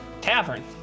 Tavern